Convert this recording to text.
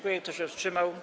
Kto się wstrzymał?